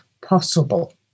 possible